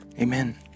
Amen